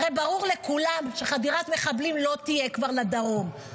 הרי ברור לכולם שחדירת מחבלים לא תהיה כבר לדרום,